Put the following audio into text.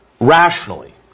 rationally